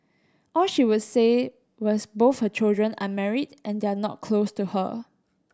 all she would say was both her children are married and they are not close to her